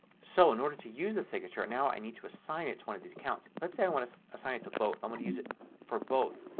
so in order to use a signature now i need to assign it to one of these accounts. let's say i want to assign it to both. i want to use it for both.